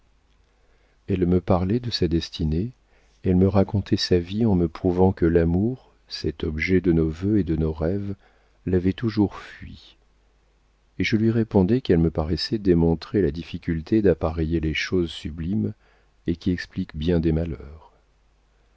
elle me parlait de sa destinée elle me racontait sa vie en me prouvant que l'amour cet objet de nos vœux et de nos rêves l'avait toujours fuie et je lui répondais qu'elle me paraissait démontrer la difficulté d'appareiller les choses sublimes et qui explique bien des malheurs